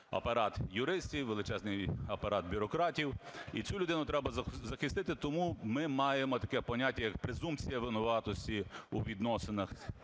апарат юристів, величезний апарат бюрократів, і цю людину треба захистити. Тому ми маємо таке поняття, як презумпція винуватості у відносинах